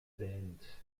band